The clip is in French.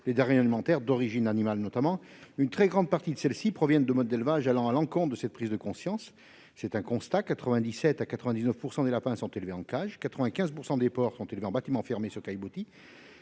les denrées alimentaires, notamment d'origine animale. Or une très grande partie de ces aliments proviennent de modes d'élevage allant à l'encontre de cette prise de conscience. C'est un constat : 97 % à 99 % des lapins sont élevés en cage ; 95 % des porcs sont élevés en bâtiments fermés sur caillebotis